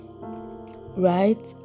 right